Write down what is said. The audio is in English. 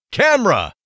camera